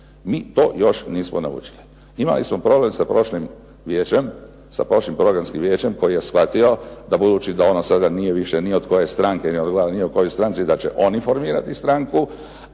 Mi to još nismo naučili. Imali smo problem sa prošlim vijećem, sa prošlim Programskim vijećem koje je shvatio da budući da ono sada nije više ni od koje stranke, .../Govornik se ne razumije./... da će oni formirati stranku